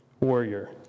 warrior